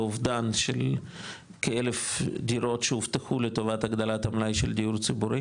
לאובדן של כאלף דירות שהובטחו לטובת הגדלת המלאי של דיור ציבורי